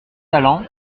talent